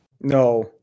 no